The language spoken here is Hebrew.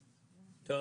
כתוב.